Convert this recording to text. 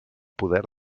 poder